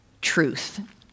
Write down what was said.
truth